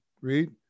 Read